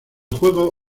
juego